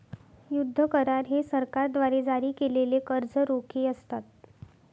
युद्ध करार हे सरकारद्वारे जारी केलेले कर्ज रोखे असतात